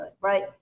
right